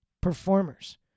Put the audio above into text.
performers